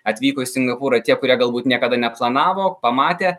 atvyko į singapūrą tie kurie galbūt niekada neplanavo pamatė